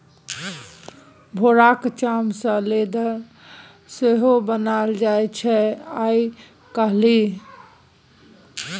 भेराक चाम सँ लेदर सेहो बनाएल जाइ छै आइ काल्हि